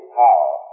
power